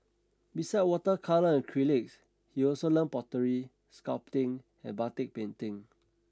besides water colour and acrylics he also learnt pottery sculpting and batik painting